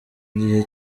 gihe